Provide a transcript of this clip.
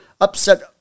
upset